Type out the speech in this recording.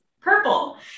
purple